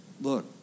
Look